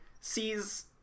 Sees